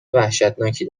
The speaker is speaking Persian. وحشتناکی